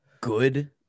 good